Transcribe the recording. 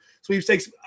sweepstakes